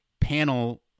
panel